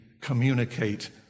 communicate